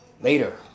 later